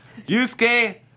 Yusuke